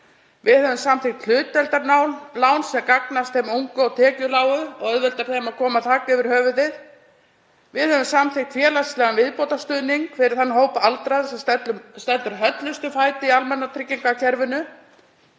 Við höfum samþykkt hlutdeildarlán sem gagnast þeim ungu og tekjulágu og auðveldar þeim að koma sér þaki yfir höfuðið. Við höfum samþykkt félagslegan viðbótarstuðning fyrir þann hóp aldraðra sem stendur höllustum fæti í almannatryggingakerfinu.